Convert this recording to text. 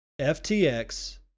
FTX